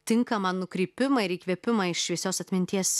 tinkamą nukreipimą ir įkvėpimą iš šviesios atminties